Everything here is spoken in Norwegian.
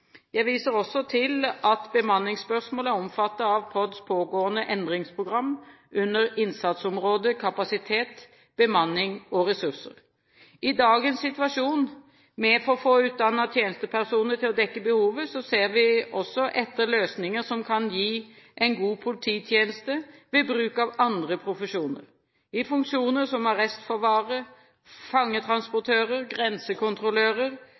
Jeg viser også til at bemanningsspørsmål er omfattet av PODs pågående endringsprogram, under innsatsområdet kapasitet, bemanning og ressurser. I dagens situasjon – med for få utdannede tjenestepersoner til å dekke behovet – ser vi også etter løsninger som kan gi en god polititjeneste ved bruk av andre profesjoner. I funksjoner som arrestforvarere, fangetransportører, grensekontrollører,